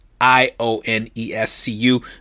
I-O-N-E-S-C-U